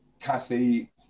Kathy